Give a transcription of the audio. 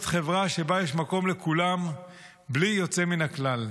חברה שבה יש מקום לכולם בלי יוצא מן הכלל.